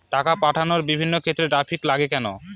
টাকা পাঠানোর বিভিন্ন ক্ষেত্রে ড্রাফট লাগে কেন?